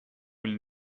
will